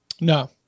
No